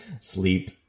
sleep